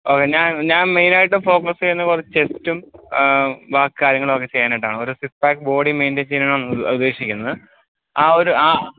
okay ഞാൻ ഞാൻ മെയ്നായിട്ട് ഫോക്കസ് ചെയ്യുന്ന കുറേ ചെസ്റ്റും ബാക്കി കാര്യങ്ങളൊക്കെ ചെയ്യാനായിട്ടാണ് ഒരു സിക്സ്പ്പാക്ക് ബോഡി മെയ്ൻ്റയിൻ ചെയ്യാനാണ് ഉദ്ദേശിക്കുന്നത് ആ ഒര ആ